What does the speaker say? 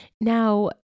Now